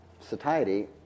satiety